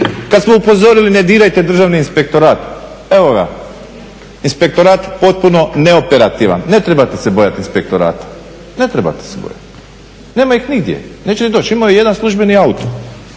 Kad smo upozorili ne dirajte Državni inspektorat, evo ga, inspektorat potpuno neoperativan. Ne trebate se bojati inspektorata, ne trebate se bojati. Nema ih nigdje, neće ni doći, imaju jedan službeni auto